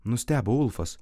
nustebo ulfas